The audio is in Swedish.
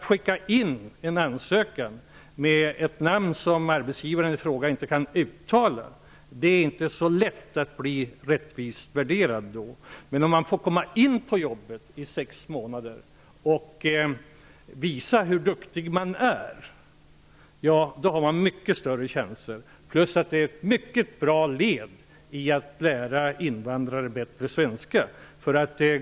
Skickar man in en ansökan med ett namn som arbetsgivaren i fråga inte kan uttala är det inte så lätt att bli rättvist värderad. Men om man får komma in på jobbet i sex månader och visa hur duktig man är, har man mycket större chanser. Desssutom är det ett mycket bra led i att lära invandrare bättre svenska.